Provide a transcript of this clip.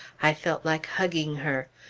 i felt like hugging her.